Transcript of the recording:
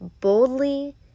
Boldly